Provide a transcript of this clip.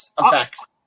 effects